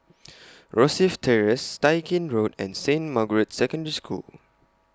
Rosyth Terrace Tai Gin Road and Saint Margaret's Secondary School